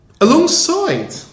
alongside